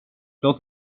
låt